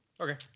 Okay